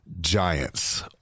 giants